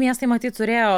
miestai matyt turėjo